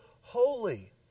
holy